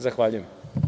Zahvaljujem.